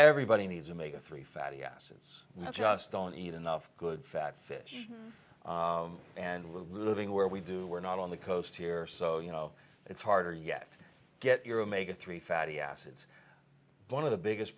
everybody needs to make a three fatty acids and i just don't eat enough good fat fish and we're living where we do we're not on the coast here so you know it's harder yet get your omega three fatty acids one of the biggest